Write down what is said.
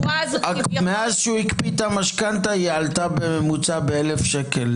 מאז שהוא הקפיא את המשכנתה היא עלתה בממוצע ב-1,000 שקל,